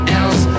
else